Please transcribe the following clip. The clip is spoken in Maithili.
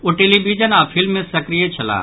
ओ टेलीवीजन आ फिल्म मे सक्रिय छलाह